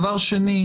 שנית,